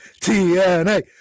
TNA